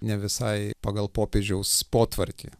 ne visai pagal popiežiaus potvarkį